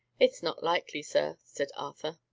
it is not likely, sir, said arthur.